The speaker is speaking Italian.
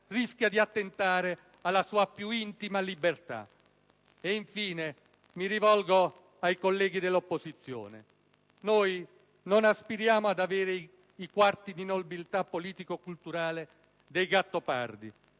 rischia di attentare alla sua più intima libertà. E infine, mi rivolgo ai colleghi dell'opposizione: noi non aspiriamo ad avere i quarti di nobiltà politico-culturale dei Gattopardi;